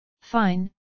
Fine